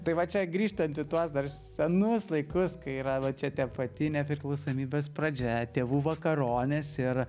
tai va čia grįžtant į tuos dar senus laikus kai yra va čia tie pati nepriklausomybės pradžia tėvų vakaronės ir